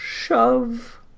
shove